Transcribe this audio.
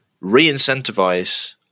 re-incentivize